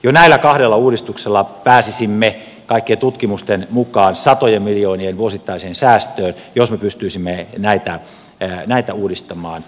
jo näillä kahdella uudistuksella pääsisimme kaikkien tutkimusten mukaan satojen miljoonien vuosittaiseen säästöön jos me pystyisimme näitä uudistamaan